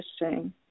interesting